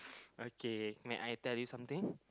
okay may I tell you something